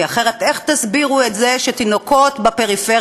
כי אחרת, איך תסבירו את זה שתינוקות בפריפריה,